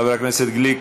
חבר הכנסת גליק,